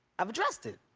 i've addressed it.